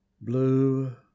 blue